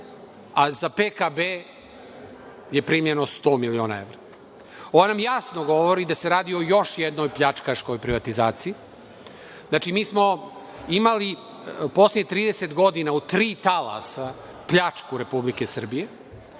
a za PKB je primljeno 100 miliona evra. Ovo nam jasno govori da se radi o još jednoj pljačkaškoj privatizaciji. Znači, mi smo imali poslednjih 30 godina u tri talasa pljačku Republike Srbije